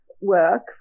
work